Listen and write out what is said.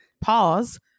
pause